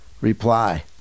Reply